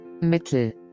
Mittel